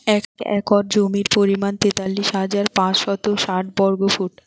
এক একর জমির পরিমাণ তেতাল্লিশ হাজার পাঁচশত ষাট বর্গফুট